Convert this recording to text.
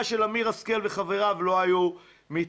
של אמיר השכל וחבריו לא היו מתקיימות.